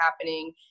happening